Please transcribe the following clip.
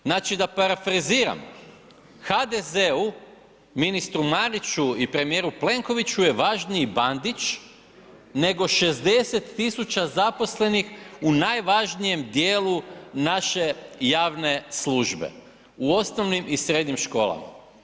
Znači da parafraziram, HDZ-u, ministru Mariću i premijeru Plenkoviću je važniji Bandić nego 60 tisuća zaposlenih u najvažnijem dijelu naše javne službe u osnovnim i srednjim školama.